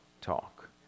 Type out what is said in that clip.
talk